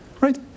right